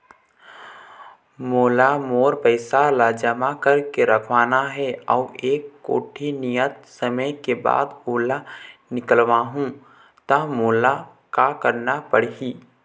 मोला मोर पैसा ला जमा करके रखवाना हे अऊ एक कोठी नियत समय के बाद ओला निकलवा हु ता मोला का करना पड़ही?